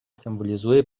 символізує